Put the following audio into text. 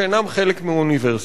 שאינם חלק מהאוניברסיטה.